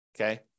Okay